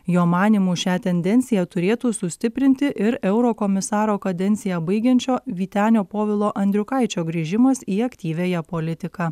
jo manymu šią tendenciją turėtų sustiprinti ir eurokomisaro kadenciją baigiančio vytenio povilo andriukaičio grįžimas į aktyviąją politiką